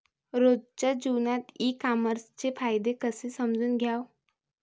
रोजच्या जीवनात ई कामर्सचे फायदे कसे समजून घ्याव?